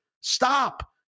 stop